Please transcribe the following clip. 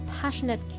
passionate